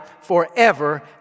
forever